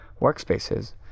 workspaces